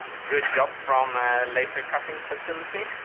good job from ah laser cutting facility.